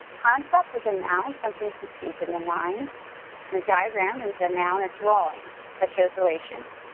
concept is a noun, something confused in the mind and diagram and is a noun, a drawing that shows relations.